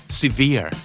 severe